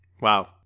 Wow